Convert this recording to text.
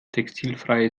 textilfreie